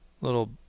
little